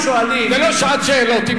זה לא שעת שאלות עם השר.